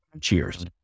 cheers